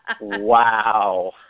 Wow